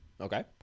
Okay